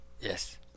Yes